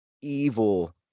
evil